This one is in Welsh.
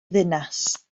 ddinas